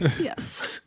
Yes